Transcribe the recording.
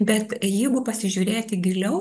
bet jeigu pasižiūrėti giliau